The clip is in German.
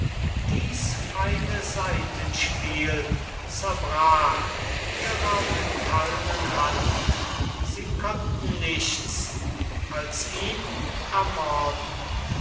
dies feine saitenspiel zerbrach in ihrer metallnen hand sie konnten nichts als ihn ermorden